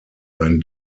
ein